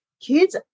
kids